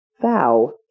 vow